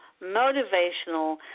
motivational